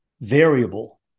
variable